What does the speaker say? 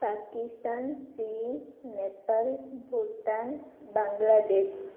Pakistan China Nepal Bhutan Bangladesh